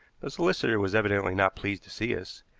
the solicitor was evidently not pleased to see us.